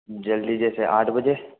जल्दी जैसे आठ बजे